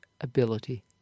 ability